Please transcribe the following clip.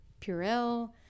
Purell